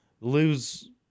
lose